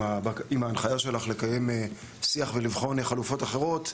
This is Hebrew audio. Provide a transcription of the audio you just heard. עם ההנחיה שלך לקיים שיח ולבחון חלופות אחרות,